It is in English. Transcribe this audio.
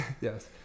Yes